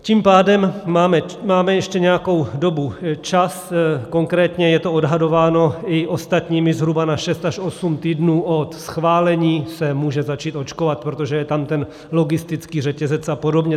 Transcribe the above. Tím pádem máme ještě nějakou dobu čas, konkrétně je to odhadováno i ostatními, zhruba na šest až osm týdnů od schválení se může začít očkovat, protože je tam ten logistický řetězec a podobně.